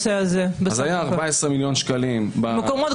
יוליה מלינובסקי (יו"ר ועדת מיזמי תשתית לאומיים מיוחדים